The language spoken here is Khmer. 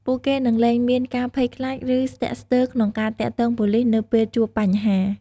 ពួកគេនឹងលែងមានការភ័យខ្លាច ឬស្ទាក់ស្ទើរក្នុងការទាក់ទងប៉ូលីសនៅពេលជួបបញ្ហា។